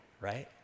right